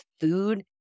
food